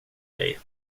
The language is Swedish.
dig